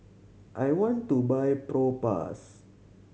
I want to buy Propass